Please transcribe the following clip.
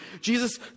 Jesus